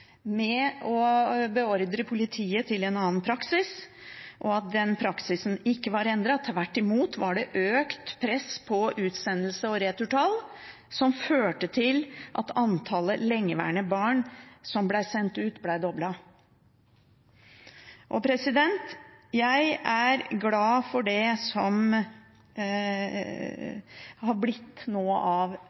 å beordre politiet til en annen praksis, og at den praksisen ikke var endret. Tvert imot var det økt press på utsendelse og returtall som førte til at antallet lengeværende barn som ble sendt ut, ble doblet. Jeg er glad for det som har blitt av forbedringer nå.